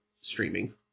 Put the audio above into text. streaming